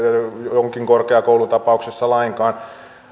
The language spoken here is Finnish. jonkin korkeakoulun tapauksessa lainkaan